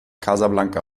casablanca